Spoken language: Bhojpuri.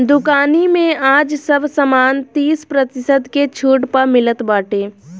दुकानी में आज सब सामान तीस प्रतिशत के छुट पअ मिलत बाटे